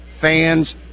Fans